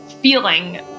feeling